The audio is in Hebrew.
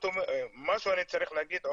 מה שאני צריך להגיד עוד,